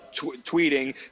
tweeting